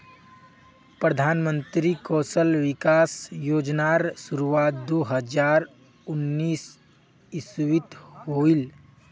प्रधानमंत्री कौशल विकाश योज्नार शुरुआत दो हज़ार उन्नीस इस्वित होहिल